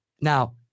Now